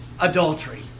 adultery